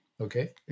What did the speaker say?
Okay